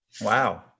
Wow